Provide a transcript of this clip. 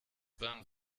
bahn